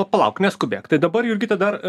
palauk neskubėk tai dabar jurgita dar